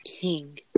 King